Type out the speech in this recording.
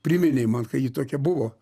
priminei man kad ji tokia buvo